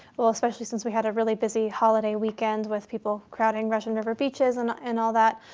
well, especially since we had a really busy holiday weekend with people crowding russian river beaches and and all that.